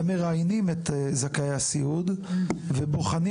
הם מראיינים את זכאי הסיעוד ובוחנים